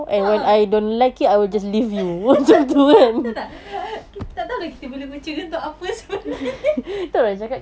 ya betul tak tak tahu lah kita bela kucing untuk apa sebenarnya